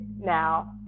now